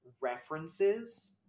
references